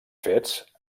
fets